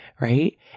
right